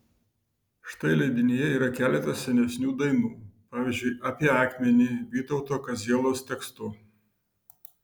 štai leidinyje yra keletas senesnių dainų pavyzdžiui apie akmenį vytauto kazielos tekstu